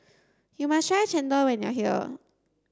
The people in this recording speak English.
you must try Chendol when you are here